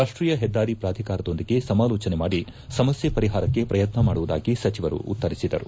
ರಾಷ್ಷೀಯ ಹೆದ್ದಾರಿ ಪ್ರಾಧಿಕಾರದೊಂದಿಗೆ ಸಮಾಲೋಚನೆ ಮಾಡಿ ಸಮಸ್ಥೆ ಪರಿಹಾರಕ್ಷೆ ಪ್ರಯತ್ನ ಮಾಡುವುದಾಗಿ ಸಚಿವರು ಉತ್ತರಿಸಿದರು